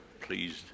pleased